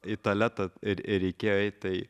į tualetą reikėjo eit tai